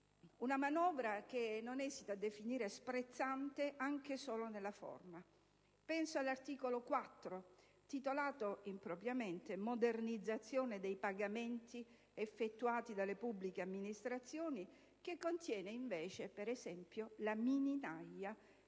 una manovra che non esito a definire sprezzante anche solo nella forma. Penso all'articolo 4 intitolato impropriamente «Modernizzazione dei pagamenti effettuati dalle pubbliche amministrazioni», che contiene invece la mini-naja